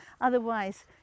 Otherwise